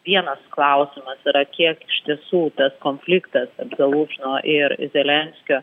vienas klausimas yra kiek iš tiesų tas konfliktas zalužno ir zelenskio